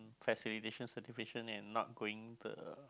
classification certification and not going the